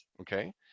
Okay